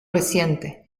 reciente